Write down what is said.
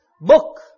book